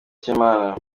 cy’imana